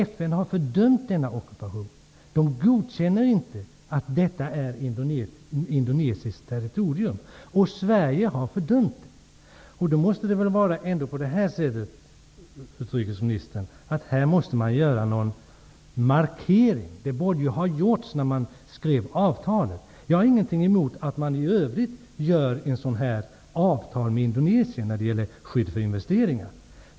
FN har fördömt denna ockupation. FN godkänner inte att detta är indonesiskt territorium. Sverige har fördömt den. Då måste det väl ändå vara på det sättet, utrikesministern, att man måste göra någon markering. Den borde ha gjorts när man skrev avtalet. Jag har i övrigt ingenting emot att man gör ett avtal med Indonesien när det gäller skydd för investeringar.